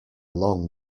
long